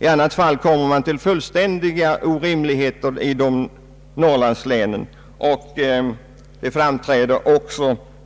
I annat fall uppstår det fullständiga orimligheter i Norrlandslänen och även